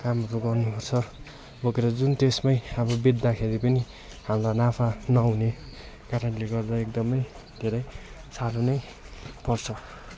कामहरू गर्नुपर्छ बोकेर जुन त्यसमै हाम्रो बेच्दाखेरि पनि हामीलाई नाफा नहुने कारणले गर्दा एकदमै धेरै साह्रो नै पर्छ